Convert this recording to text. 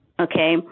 Okay